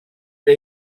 que